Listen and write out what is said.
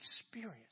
experience